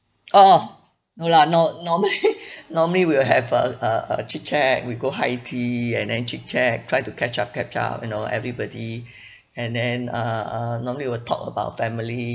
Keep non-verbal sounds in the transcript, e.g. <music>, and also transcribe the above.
oh no lah no normally <laughs> normally we will have a a a chit-chat we go high tea and then chit-chat try to catch up catch up you know everybody <breath> and then uh uh normally we'll talk about family